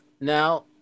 now